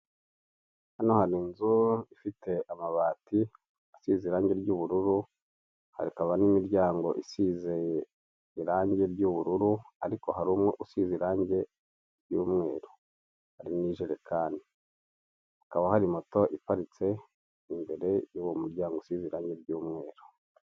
Hano hari inzu ifite amabati amabati asize irange ry'ubururu hakaba n'imiryango isize irange ry'ubururu ariko harumwe usize irange ry'umweru urimo n'injerekani, hakaba hari moto iparitse imbere yuwo muryango usize irange ry'umweru.